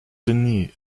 genie